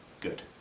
good